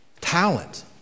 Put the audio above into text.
talent